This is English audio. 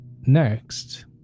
Next